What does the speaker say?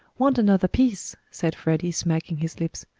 want another piece, said freddie, smacking his lips.